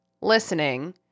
listening